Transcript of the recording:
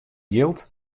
jild